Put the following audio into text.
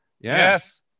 Yes